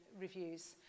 reviews